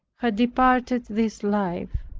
had departed this life.